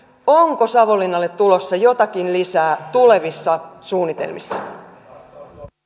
onko savonlinnalle tulossa jotakin lisää tulevissa suunnitelmissa